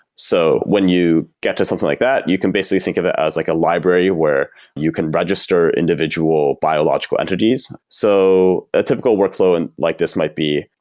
so when you get to something like that, you can basically think of it as like a library where you can register individual biological entities. so a typical workflow and like this might be,